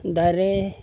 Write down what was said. ᱫᱟᱨᱮ